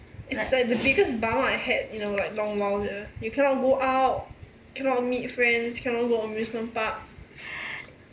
it's like the biggest bummer I had in like a long while sia you cannot go out cannot meet friends cannot go amusement park